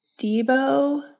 Debo